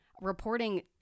reporting